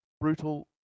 brutal